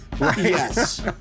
Yes